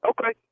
Okay